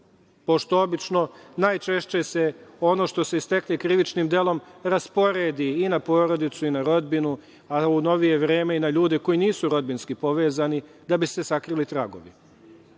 pošto se najčešće ono što se stekne krivičnim delom rasporedi i na porodicu i na rodbinu, a u novije vreme i na ljude koji nisu rodbinski povezani, da bi sakrili tragovi. Dakle,